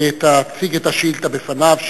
תציג את השאילתא בפניו,